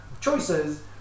choices